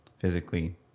physically